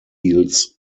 road